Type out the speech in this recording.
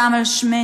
גם על שמנו,